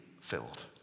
filled